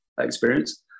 experience